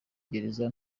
gereza